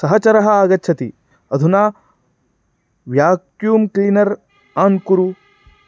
सहचरः आगच्छति अधुना vacuum cleaner आन् कुरु